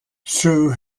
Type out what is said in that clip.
sue